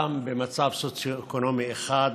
כולם במצב סוציו-אקונומי 1,